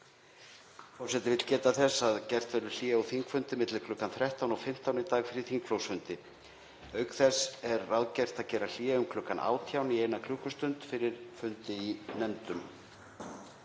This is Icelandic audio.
Forseti vill geta þess að gert verður hlé á þingfundi milli kl. 13 og 15 í dag fyrir þingflokksfundi. Auk þess er ráðgert að gera hlé um kl. 18 í eina klukkustund fyrir fundi í nefndum.